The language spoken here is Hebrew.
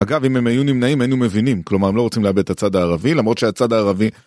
אגב, אם הם היו נמנעים, היינו מבינים, כלומר, הם לא רוצים לאבד את הצד הערבי, למרות שהצד הערבי...